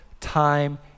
time